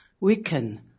weaken